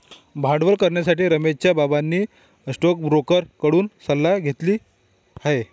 भांडवल करण्यासाठी रमेशच्या बाबांनी स्टोकब्रोकर कडून सल्ला घेतली आहे